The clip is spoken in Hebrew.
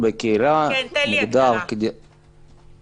תן לי